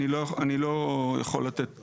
אני לא יכול לתת